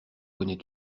connais